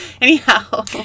Anyhow